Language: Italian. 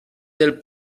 del